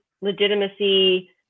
legitimacy